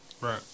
Right